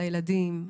לילדים,